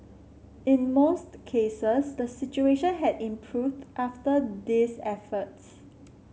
in most cases the situation had improved after these efforts